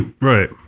right